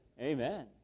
Amen